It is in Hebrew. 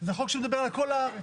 זה חוק שמדבר לכל הארץ.